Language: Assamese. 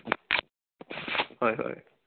হয় হয়